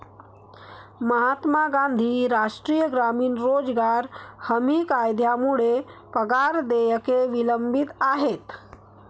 महात्मा गांधी राष्ट्रीय ग्रामीण रोजगार हमी कायद्यामुळे पगार देयके विलंबित आहेत